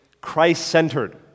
Christ-centered